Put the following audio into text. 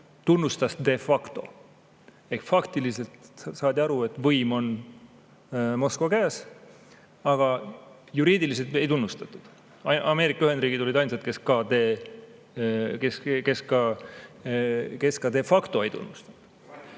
tunnustasde facto. Ehk faktiliselt saadi aru, et võim on Moskva käes, aga juriidiliselt seda ei tunnustatud. Ameerika Ühendriigid olid ainsad, kes kade factoei tunnustanud.